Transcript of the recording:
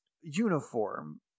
uniform